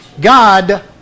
God